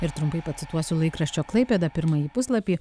ir trumpai pacituosiu laikraščio klaipėda pirmąjį puslapį